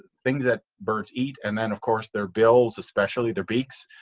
things that birds eat. and then of course their bills, especially their beaks,